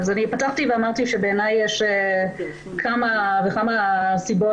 פתחתי ואמרתי שבעיניי יש כמה וכמה סיבות